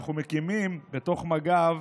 בנוסף אנחנו מקימים בתוך מג"ב